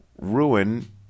ruin